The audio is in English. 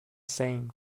same